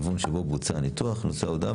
הרבעון שבו בוצע הניתוח נושא ההודעה,